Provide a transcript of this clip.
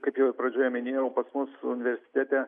kaip jau ir pradžioje minėjau pas mus universitete